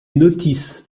notices